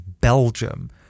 Belgium